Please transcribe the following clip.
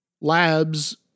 labs